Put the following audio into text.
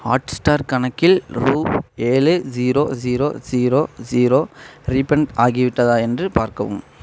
Hotstar கணக்கில் ரூபா ஏழு zero zero zero zero refund ஆகிவிட்டதா என்று பார்க்கவும்